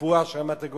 בסיפוח של רמת-הגולן?